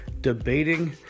debating